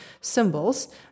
symbols